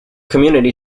community